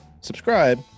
subscribe